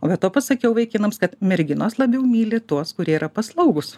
o be to pasakiau vaikinams kad merginos labiau myli tuos kurie yra paslaugūs